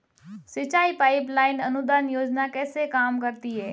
सिंचाई pipeline अनुदान योजना कैसे काम करती है?